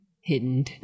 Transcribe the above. hidden